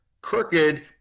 crooked